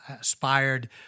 aspired